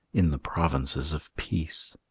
in the provinces of peace.